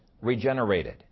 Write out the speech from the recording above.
regenerated